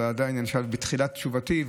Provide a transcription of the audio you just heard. אבל אני עדיין בתחילת תשובתי.